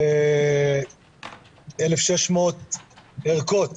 ב-1,600 ערכות